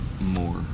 more